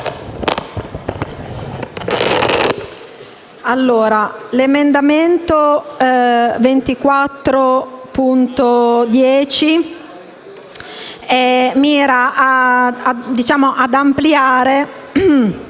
l’emendamento 24.10 mira ad ampliare